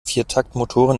viertaktmotoren